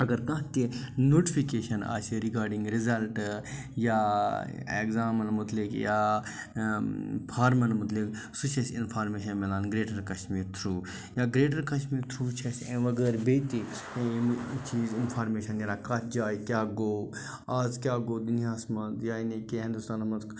اگر کانٛہہ تہِ نوٹِفِکیٚشَن آسہِ رِگاڈِنٛگ رِزَلٹہٕ یا اٮ۪گزامَن مُتعلِق یا فارمَن مُتعلِق سُہ چھُ اَسہِ اِنفارمیٚشَن مِلان گریٚٹَر کَشمیٖر تھرٛوٗ یا گریٚٹَر کَشمیٖر تھرٛوٗ چھِ اَسہِ امہِ وغٲر بیٚیہِ تہِ یِم چیٖز اِنفارمیٚشَن نیران کَتھ جایہِ کیٛاہ گوٚو آز کیٛاہ گوٚو دُنیاہَس منٛز یعنی کیٚنٛہہ ہُندوستانَس منٛز